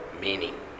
meaning